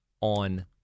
on